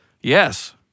Yes